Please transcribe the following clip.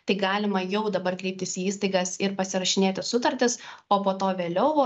tik galima jau dabar kreiptis į įstaigas ir pasirašinėti sutartis o po to vėliau